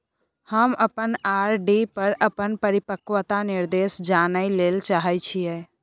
हम अपन आर.डी पर अपन परिपक्वता निर्देश जानय ले चाहय छियै